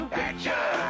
picture